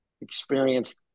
experienced